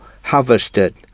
harvested